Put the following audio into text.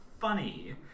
funny